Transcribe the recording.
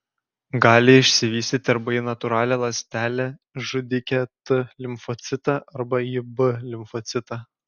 gali išsivystyti arba į natūralią ląstelę žudikę t limfocitą arba į b limfocitą